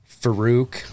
Farouk